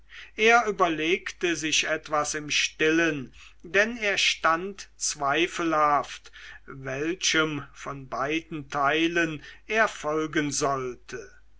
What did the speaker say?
er überlegte sich etwas im stillen denn er stand zweifelhaft welchem von beiden teilen er folgen sollte